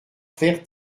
faire